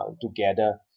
together